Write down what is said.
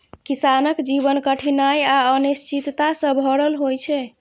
किसानक जीवन कठिनाइ आ अनिश्चितता सं भरल होइ छै